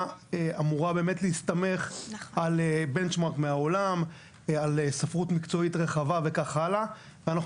אמורה באמת להסתמך על ספרות מקצועית רחבה וכך הלאה ואנחנו